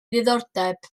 ddiddordeb